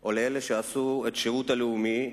או לאלה שעשו שירות לאומי,